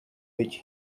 which